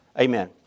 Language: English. Amen